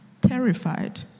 terrified